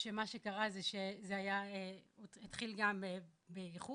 מה שקרה שהוא התחיל גם באיחור,